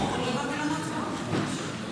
והגנת הסביבה